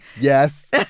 Yes